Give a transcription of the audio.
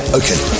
okay